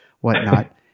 whatnot